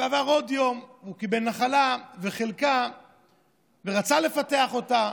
עבר עוד יום, הוא קיבל נחלה וחלקה ורצה לפתח אותה.